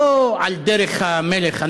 לא על דרך המלך,